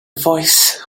voice